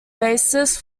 basis